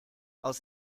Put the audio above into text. aus